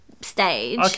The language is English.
stage